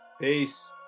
Peace